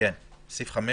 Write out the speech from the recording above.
סעיף 5